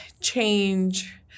change